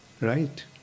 Right